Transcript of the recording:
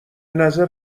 نظر